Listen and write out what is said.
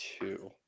two